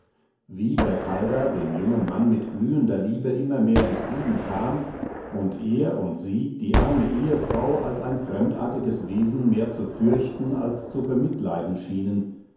wie bertalda dem jungen mann mit glühender liebe immer mehr entgegenkam und er und sie die arme ehefrau als ein fremdartiges wesen mehr zu fürchten als zu bemitleiden schienen